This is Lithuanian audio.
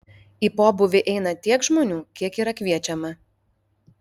į pobūvį eina tiek žmonių kiek yra kviečiama